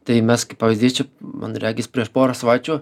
tai mes kaip pavyzdys čia man regis prieš porą savaičių